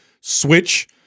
switch